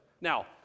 Now